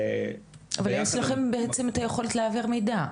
אבל יש לכם בעצם את היכולת להעביר מידע.